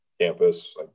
campus